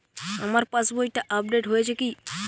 আমার পাশবইটা আপডেট হয়েছে কি?